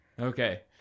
Okay